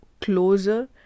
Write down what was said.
closer